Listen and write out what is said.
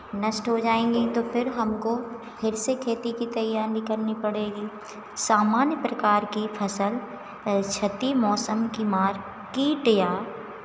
नष्ट हो जाएंगी तो फिर हमको फिर से खेती की तैयारी करनी पड़ेगी सामान्य प्रकार की फसल क्षति मौसम की मार कीट या